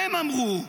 הם אמרו,